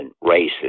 races